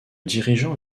dirigeant